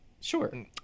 Sure